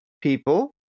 people